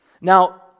Now